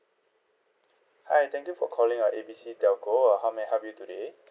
hi thank you for calling uh A B C telco how may I help you today